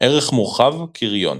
ערך מורחב – קריון